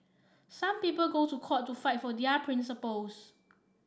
some people go to court to fight for their principles